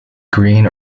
green